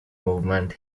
movement